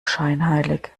scheinheilig